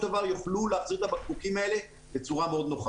דבר יוכלו להחזיר את הבקבוקים האלה בצורה מאוד נוחה.